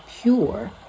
pure